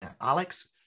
Alex